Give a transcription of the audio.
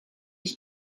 ich